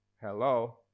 Hello